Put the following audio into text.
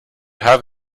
have